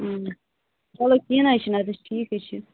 چلو کیٚنہہ نہ حظ چھِنہٕ اَدٕ حظ ٹھیٖک حظ چھِ